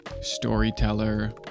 storyteller